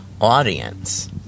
audience